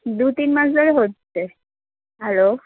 দু তিন মাস ধরে হচ্ছে হ্যালো